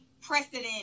precedent